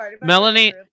Melanie